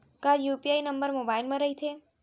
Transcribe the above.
का UPI number mobile म रहिथे?